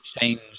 change